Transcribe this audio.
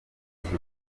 igihe